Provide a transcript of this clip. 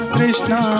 Krishna